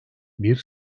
bir